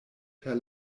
per